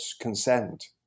consent